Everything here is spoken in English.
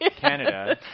Canada